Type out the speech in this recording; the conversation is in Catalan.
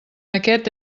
aquest